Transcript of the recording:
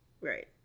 Right